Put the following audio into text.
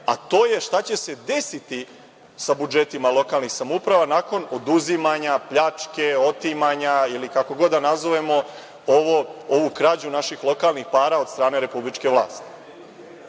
a to je – šta će se desiti sa budžetima lokalnih samouprava nakon oduzimanja, pljačke, otimanja ili kako god da nazovemo ovu krađu naših lokalnih prava od strane republičke vlasti?